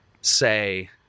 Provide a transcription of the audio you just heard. say